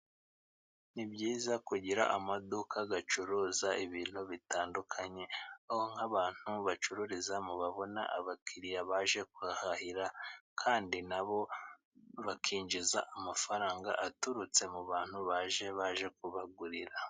Ni byiza kugira amaduka acuruza ibintu bitandukanye， aho nk'abantu bacururizamo babona abakiriya baje kubahahira，kandi nabo bakinjiza amafaranga aturutse mu bantu baje, baje kubagurira.